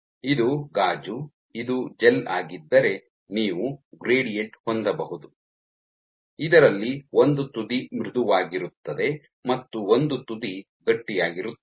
ಇದು ಗಾಜು ಇದು ಜೆಲ್ ಆಗಿದ್ದರೆ ನೀವು ಗ್ರೇಡಿಯಂಟ್ ಹೊಂದಬಹುದು ಇದರಲ್ಲಿ ಒಂದು ತುದಿ ಮೃದುವಾಗಿರುತ್ತದೆ ಮತ್ತು ಒಂದು ತುದಿ ಗಟ್ಟಿಯಾಗಿರುತ್ತದೆ